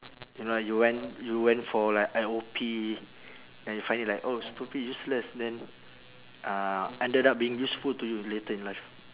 you know like you went you went for like I_O_P then you find it like oh stupid useless then uh ended up being useful to you later in life